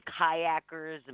kayakers